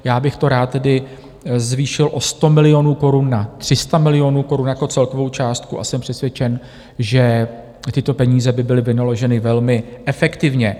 Já bych to rád tedy zvýšil o 100 milionů korun na 300 milionů korun jako celkovou částku a jsem přesvědčen, že tyto peníze by byly vynaloženy velmi efektivně.